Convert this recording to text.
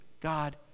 God